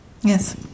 yes